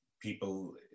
people